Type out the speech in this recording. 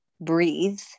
breathe